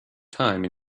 time